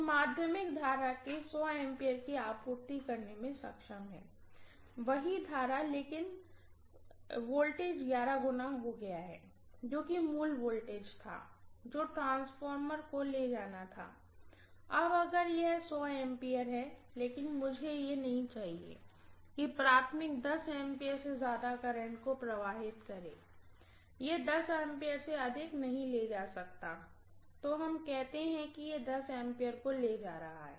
तो secondary current के A की आपूर्ति करने में सक्षम है वही करंट लेकिन वोल्टेज 11 गुना हो गया है जो कि मूल वोल्टेज था जो ट्रांसफार्मर को ले जाना था अब अगर यह A है लेकिन मुझे ये नहीं चाहिए कि प्राइमरी A से ज्यादा करंट को प्रवाहित करे यह 10 A से अधिक नहीं ले जा सकता है तो हम कहते हैं कि यह A को ले जा रहा है